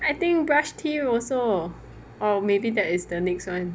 I think brush teeth also or maybe that is the next [one]